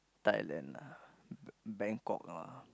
Thailand ah B~ Bangkok ah